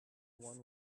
one